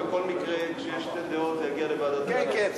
בכל מקרה, כשיש שתי דעות, זה יגיע לוועדת הכנסת.